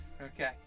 Okay